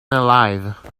alive